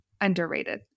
underrated